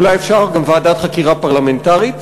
אולי אפשר גם ועדת חקירה פרלמנטרית,